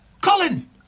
Colin